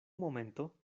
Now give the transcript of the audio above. momento